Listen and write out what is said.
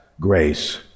grace